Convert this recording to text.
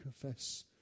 confess